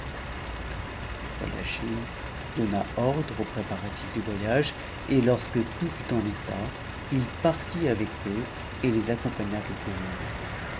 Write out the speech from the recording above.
le roi de la chine donna ordre aux préparatifs du voyage et im tout fut en étal h partit avec eux et les accompagna quelques